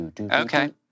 Okay